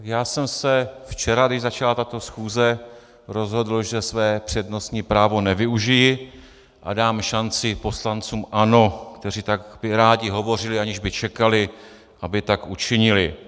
Já jsem se včera, když začala tato schůze, rozhodl, že své přednostní právo nevyužiji a dám šanci poslancům ANO, kteří by tak rádi hovořili, aniž by čekali, aby tak učinili.